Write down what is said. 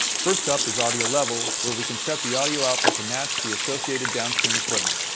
first up is audio level where we can set the audio output to match the associated downstream equipment,